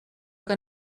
que